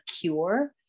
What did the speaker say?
Cure